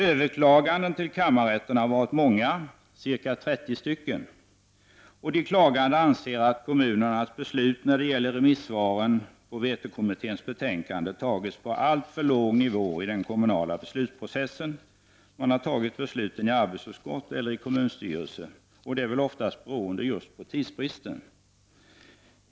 Överklagandena till kammarrätterna har varit många — ca 30. De klagande anser att kommunernas beslut när det gäller remissvaren på vetokommitténs betänkande fattats på alltför låg nivå i den kommunala beslutsprocessen. Besluten har fattats i arbetsutskott eller i kommunstyrelser, ofta beroende på tidsbrist.